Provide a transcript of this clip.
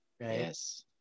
Yes